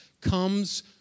comes